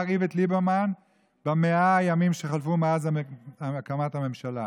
איווט ליברמן ב-100 הימים שחלפו מאז הקמת הממשלה.